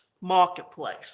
marketplace